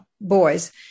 boys